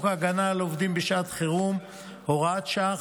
הגנה על עובדים בשעת חירום (הוראת שעה,